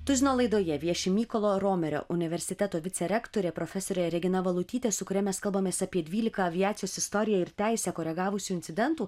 tuzino laidoje vieši mykolo romerio universiteto vicerektorė profesorė regina valutytė su kuria mes kalbamės apie dvylika aviacijos istoriją ir teisę koregavusių incidentų